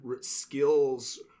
skills